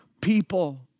people